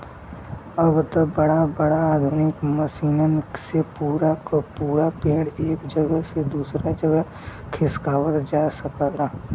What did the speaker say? अब त बड़ा बड़ा आधुनिक मसीनन से पूरा क पूरा पेड़ एक जगह से दूसर जगह खिसकावत जा सकला